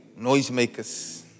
noisemakers